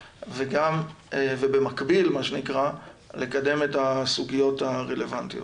ובמקביל מה שנקרא לקדם את הסוגיות הרלוונטיות.